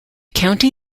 county